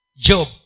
Job